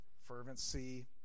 fervency